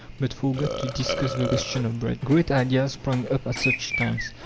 but forgot to discuss the question of bread. great ideas sprang up at such times,